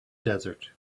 desert